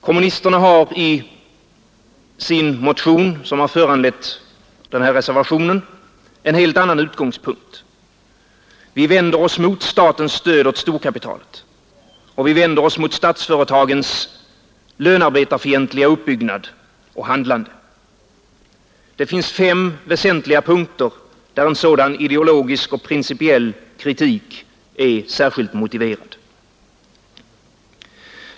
: Kommunisterna har i sin motion, som har föranlett den här reservationen, en helt annan utgångspunkt. Vi vänder oss mot statens stöd åt storkapitalet, och vi vänder oss mot statsföretagens lönarbetarfientliga uppbyggnad och handlande. Det finns fem väsentliga punkter där en sådan ideologisk och principiell kritik är särskilt motiverad.